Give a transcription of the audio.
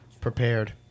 prepared